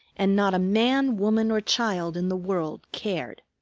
and not a man, woman, or child in the world cared.